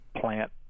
plant